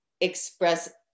express